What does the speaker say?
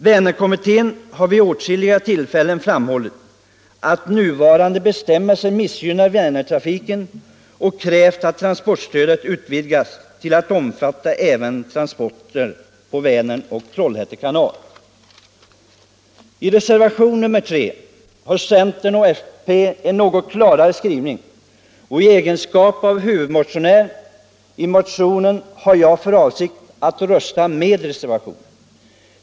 Vänerkommittén har vid åtskilliga tillfällen framhållit att nuvarande bestämmelser missgynnar Vänertrafiken och krävt att transportstödet utvidgas till att omfatta även transporter på Vänern och Trollhätte kanal. I reservationen 3 har centern och folkpartiet en något klarare skrivning och i egenskap av huvudmotionär har jag för avsikt att rösta med reservationen.